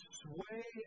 sway